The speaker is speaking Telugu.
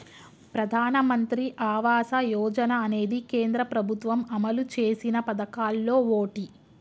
ప్రధానమంత్రి ఆవాస యోజన అనేది కేంద్ర ప్రభుత్వం అమలు చేసిన పదకాల్లో ఓటి